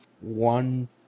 one